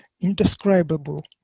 indescribable